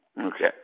Okay